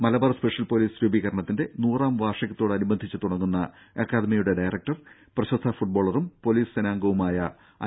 Malabar special police രൂപീകരണത്തിന്റെ നൂറാം വാർഷികത്തോടനുബന്ധിച്ച് തുടങ്ങുന്ന അക്കാദമിയുടെ ഡയറക്ടർ പ്രശസ്ത ഫുട്ബോളറും പൊലീസ് സേനാംഗവുമായ ഐ